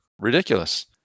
Ridiculous